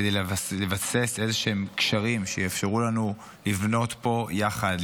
כדי לבסס איזשהם קשרים שיאפשרו לנו לבנות פה יחד,